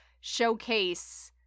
showcase